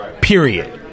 period